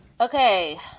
Okay